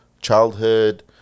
childhood